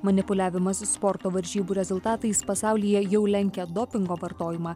manipuliavimas sporto varžybų rezultatais pasaulyje jau lenkia dopingo vartojimą